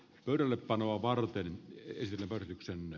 pöydällepanoa varten ei esitä vargyksemme